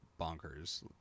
bonkers